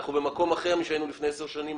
אנחנו במקום אחר משהיינו לפני 10 שנים,